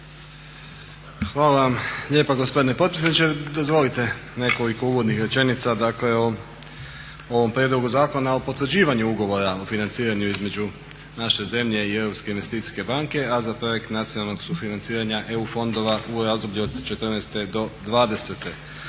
Hvala vam lijepa gospodine potpredsjedniče. Dozvolite nekoliko uvodnih rečenica o ovom prijedlogu zakona o potvrđivanju ugovora o financiranju između RH i Europske investicijske banke za projekt "Nacionalnog sufinanciranja EU fondova u razdoblju od 2014. - 2020.